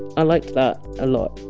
i liked that a lot,